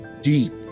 deep